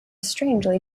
strangely